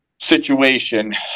situation